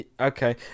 Okay